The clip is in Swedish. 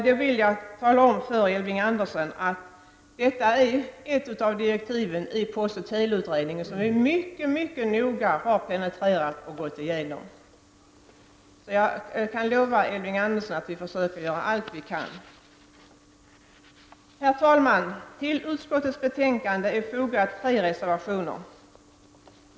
Jag vill tala om för Elving Andersson att ett av direktiven till postoch teleutredningen gäller detta. Vi har mycket noga penetrerat och gått igenom det. Jag kan lova Elving Andersson att vi försöker göra allt vi kan. Herr talman! Till utskottets betänkande har fogats tre reservationer.